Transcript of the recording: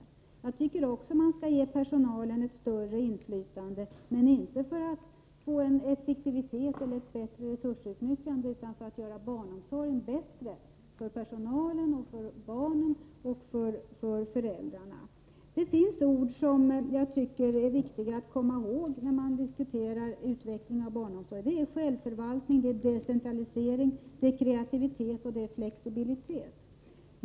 Också jag tycker att man skall ge personalen ett större inflytande, meninte för att få till stånd effektivitet eller bättre resursutnyttjande utan för att göra barnomsorgen bättre för personalen, barnen och föräldrarna. Det finns vissa ord som jag tycker är viktiga att komma ihåg när man diskuterar utveckling av barnomsorg: självförvaltning, decentralisering, kreativitet och flexibilitet.